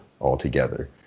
altogether